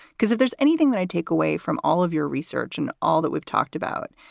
because if there's anything that i take away from all of your research and all that we've talked about,